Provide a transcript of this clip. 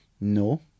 No